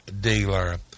dealer